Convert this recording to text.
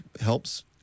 helps